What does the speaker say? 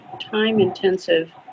time-intensive